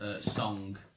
Song